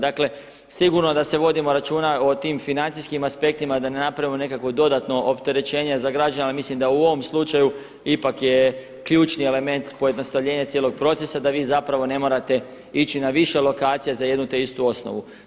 Dakle, sigurno da vodimo računa o tim financijskim aspektima, da ne napravimo nekakvo dodatno opterećenje za građane ali mislim da u ovom slučaju ipak je ključni element pojednostavljenje cijelog procesa da vi zapravo ne morate ići na više lokacija za jedno te istu osnovu.